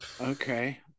okay